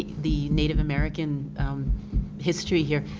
the native american history here.